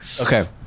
Okay